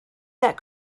that